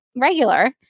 regular